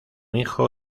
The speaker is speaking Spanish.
hijo